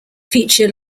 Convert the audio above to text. feature